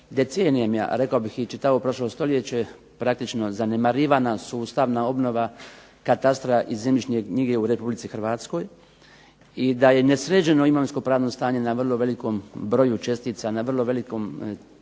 decenijama, a rekao bih i čitavo prošlo stoljeće praktično zanemarivana sustavna obnova katastra i zemljišne knjige u Republici Hrvatskoj, i da je nesređeno imovinsko-pravno stanje na vrlo velikom broju čestica, na vrlo velikom području